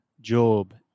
job